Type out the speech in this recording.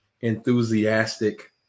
enthusiastic